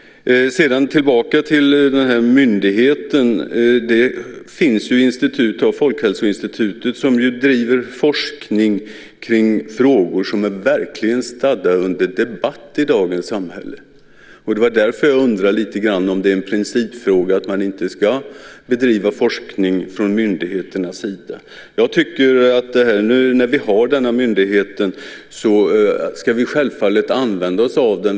Sedan tillbaka till frågan om myndigheten. Det finns institut, som Folkhälsoinstitutet, som bedriver forskning kring frågor som verkligen står under debatt i dagens samhälle. Det var därför jag undrade om det är en principfråga att man inte ska bedriva forskning från myndigheters sida. När vi nu har denna myndighet ska vi självfallet använda oss av den.